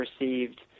received